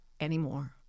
anymore